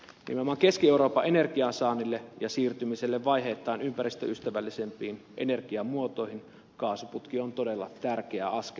nimenomaan keski euroopan energiansaannille ja siirtymiselle vaiheittain ympä ristöystävällisempiin energiamuotoihin kaasuputki on todella tärkeä askel